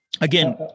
again